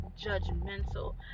judgmental